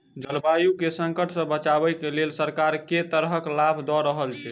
जलवायु केँ संकट सऽ बचाबै केँ लेल सरकार केँ तरहक लाभ दऽ रहल छै?